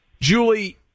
Julie